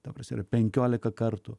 ta prasme penkiolika kartų